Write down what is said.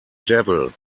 devil